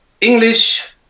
English